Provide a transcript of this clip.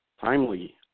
timely